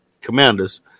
commanders